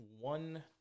one